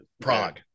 Prague